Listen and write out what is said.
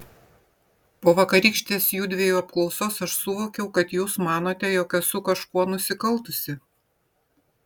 po vakarykštės judviejų apklausos aš suvokiau kad jūs manote jog esu kažkuo nusikaltusi